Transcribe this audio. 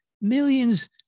millions